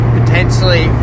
potentially